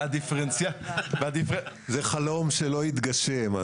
זה חלום שלא יתגשם.